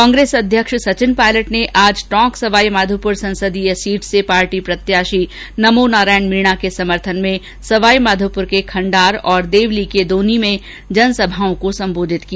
कांग्रेस अध्यक्ष सचिन पायलट ने आज टोंक सवाईमाधोपुर संसीदय सीट से पार्टी प्रत्याशी नमोनारायण मीणा के समर्थन में सवाईमाधोपुर के खण्डार तथा देवली के दूनी में जनसभाओं को सम्बोधित किया